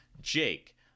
jake